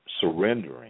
surrendering